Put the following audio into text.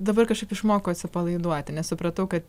dabar kažkaip išmokau atsipalaiduoti nes supratau kad